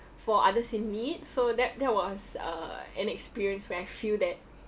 for others in need so that that was uh an experience where I feel that